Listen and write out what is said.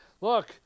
Look